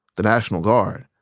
the national guard.